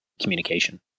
communication